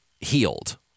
healed